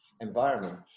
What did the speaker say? environment